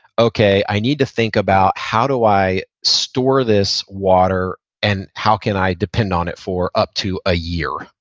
okay, i need to think about how do i store this water and how can i depend on it for up to a year.